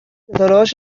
ستارههاش